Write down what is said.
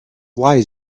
lies